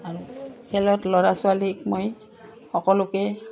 আৰু খেলত ল'ৰা ছোৱালীক মই সকলোকে